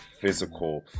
physical